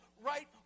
right